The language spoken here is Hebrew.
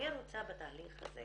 אני רוצה בתהליך הזה